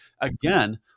again